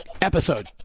episode